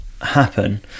happen